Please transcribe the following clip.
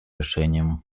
решением